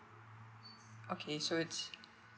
okay so it's